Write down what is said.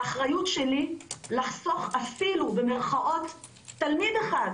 האחריות שלי לחסוך אפילו, במרכאות, תלמיד אחד